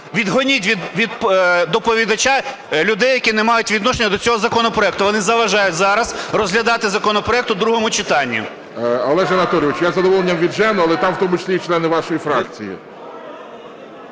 відженіть від доповідача людей, які не мають відношення до цього законопроекту, вони заважають зараз розглядати законопроект у другому читанні. ГОЛОВУЮЧИЙ. Олеже Анатолійовичу, я з задоволенням віджену, але там, в тому числі і члени вашої фракції.